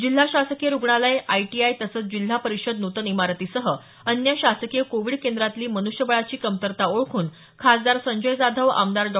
जिल्हा शासकीय रुग्णालय आयटीआय तसंच जिल्हा परिषद नूतन इमारतीसह अन्य शासकीय कोविड केंद्रातली मनुष्यबळाची कमतरता ओळखून खासदार संजय जाधव आमदार डॉ